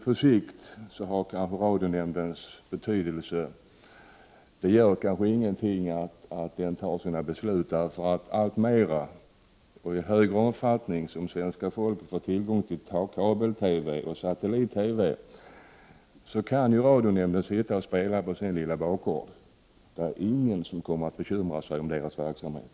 På sikt gör det kanske ingenting vilka beslut radionämnden fattar. När svenska folket får tillgång till kabel-TV och satellit-TV, kan radionämnden sitta och spela kula på sin lilla bakgård. Det är ingen som kommer att bekymra sig om dess verksamhet.